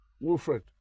Wilfred